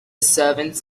servants